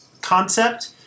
concept